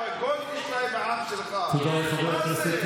תתבייש.